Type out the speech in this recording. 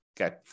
okay